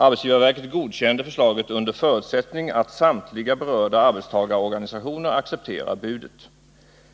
Arbetsgivarverket godkände förslaget under förutsättning att samtliga berörda arbetstagarorganisationer accepterar budet.